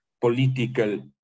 political